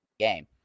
Game